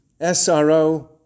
SRO